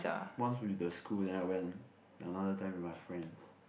once with the school then I went another time with my friends